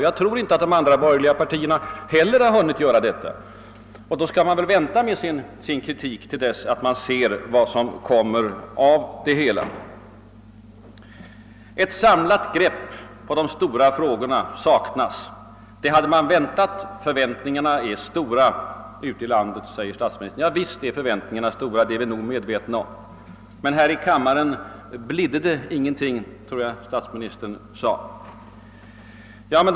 Jag tror inte heller att de andra partierna har hunnit ta definitiv ställning. Då skall man väl vänta med sin kritik till dess att man ser vad som kommer ut av det hela. Ett »stort samlat grepp» på de stora frågorna saknas; ett sådant grepp hade man förväntat från oppositionens sida och förväntningarna är stora ute i landet, säger statsministern. Ja, visst är förväntningarna stora — det är vi medvetna om. Men här i kammaren »blidde det ingenting», tror jag statsministern gjorde gällande.